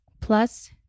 Plus